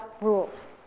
rules